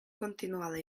continuada